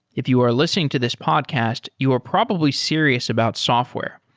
if you are listening to this podcast, you are probably serious about software.